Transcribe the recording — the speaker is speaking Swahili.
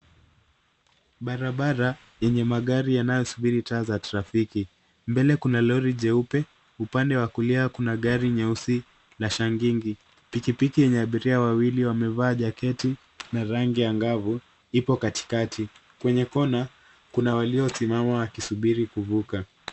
Barabara yenye magari yanayosubiri taa za trafiki . Mbele. kuna lori jeupe upande wa kulia kuna gari nyeusi la shangingi . Pikipiki yenye abiria wawili wamevaa jaketi la rangi angavu ipo katikati kwenye kona kuna walio simama wakisubiri kuvuka.